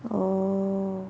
oh